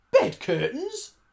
Bed-curtains